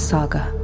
Saga